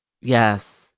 Yes